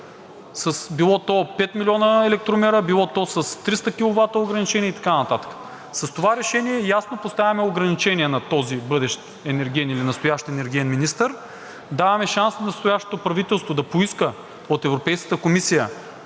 било то с 5 милиона електромера, било то с 300 киловата ограничение и така нататък. С това решение ясно поставяме ограничения на този бъдещ енергиен или настоящ енергиен министър, даваме шанс на настоящото правителство да поиска от Европейската комисия